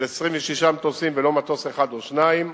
של 26 מטוסים ולא מטוס אחד או שניים,